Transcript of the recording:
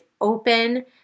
open